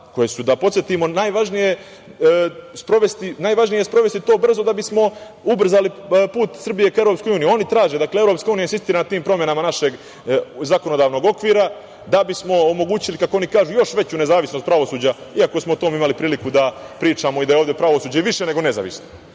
koje su da podsetimo, najvažnije sprovesti to brzo da bismo ubrzali put Srbije ka EU. Oni traže, dakle, EU insistira na tim promenama našeg zakonodavnog okvira da bismo omogućili, kako oni kažu još veću nezavisnost pravosuđa, i ako smo o tome imali priliku da pričamo, i da je ovde pravosuđe više nego nezavisno. Ali,